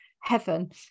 Heaven